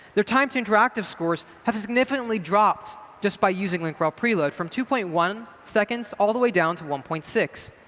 their time to interactive scores have significantly dropped, just by using link rel preload, from two point one seconds seconds all the way down to one point six.